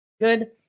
good